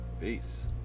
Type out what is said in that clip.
peace